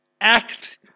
act